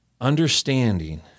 understanding